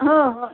ಹ್ಞೂ ಹ್ಞೂ